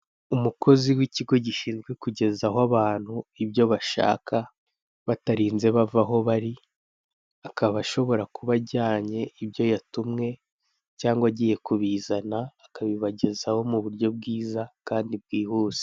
Umukozi w'ikigo gishinzwe kugeza aho abantu ibyo bashaka batarinze bava aho bari, akaba ashobora kuba ajyanye ibyo yatumwe cyangwa agiye kubizana akabibagezaho mu buryo bwiza kandi bwihuse.